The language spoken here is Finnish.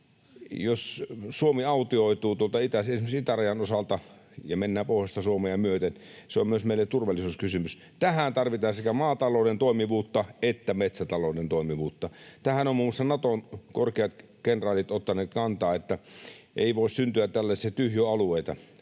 esimerkiksi tuolta itärajan osalta ja mennään pohjoista Suomea myöten, se on myös meille turvallisuuskysymys. Tähän tarvitaan sekä maatalouden toimivuutta että metsätalouden toimivuutta. Tähän ovat muiden muassa Naton korkeat kenraalit ottaneet kantaa, että ei voi syntyä tällaisia tyhjiöalueita.